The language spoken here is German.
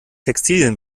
textilien